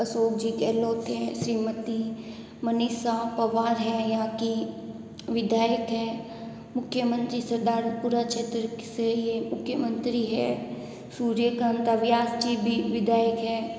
अशोक जी गहलोत हैं श्रीमती मनीषा पवार हैं यहाँ की विधायक है मुख्यमंत्री सरदारपुरा क्षेत्र से ये मुख्यमंत्री हैं सूर्यकांत अभ्यास जी भी विधायक हैं